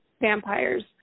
vampires